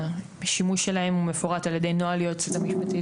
השימוש שלהם הוא מפורט על ידי נוהל היועצת המשפטית